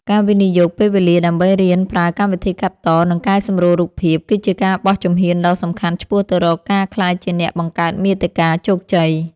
ការវិនិយោគពេលវេលាដើម្បីរៀនប្រើកម្មវិធីកាត់ត និងកែសម្រួលរូបភាព គឺជាការបោះជំហ៊ានដ៏សំខាន់ឆ្ពោះទៅរកការក្លាយជាអ្នកបង្កើតមាតិកាជោគជ័យ។